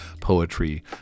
poetry